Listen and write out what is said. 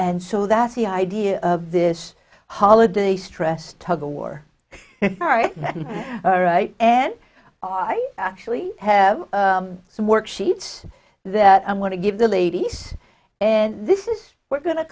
and so that's the idea of this holiday stress tug of war all right and i actually have some worksheets that i want to give the ladies and this is we're going to